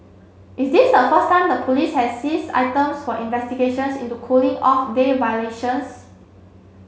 is this the first time the police has seize items for investigations into cooling off day violations